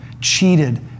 cheated